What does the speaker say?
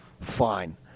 fine